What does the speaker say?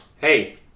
hey